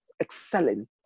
excelling